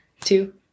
two